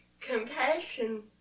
Compassion